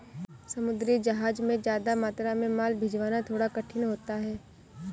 समुद्री जहाज से ज्यादा मात्रा में माल भिजवाना थोड़ा कठिन होता है